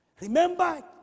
remember